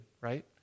right